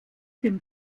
dem